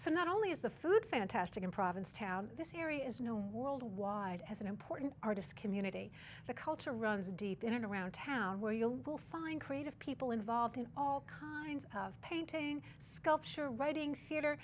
so not only is the food fantastic in provincetown this area is known worldwide as an important artist community the culture runs deep in and around town where you will find creative people involved in all kinds of painting sculpture writing